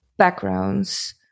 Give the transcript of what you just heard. Backgrounds